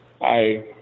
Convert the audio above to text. hi